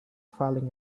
falling